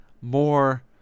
more